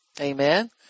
Amen